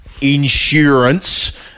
insurance